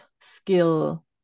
skill